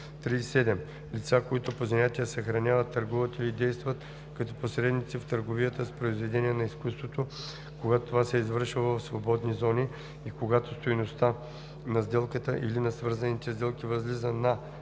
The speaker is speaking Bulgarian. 37. лица, които по занятие съхраняват, търгуват или действат като посредници в търговията с произведения на изкуството, когато това се извършва в свободни зони и когато стойността на сделката или на свързаните сделки възлиза на или